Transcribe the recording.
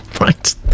Right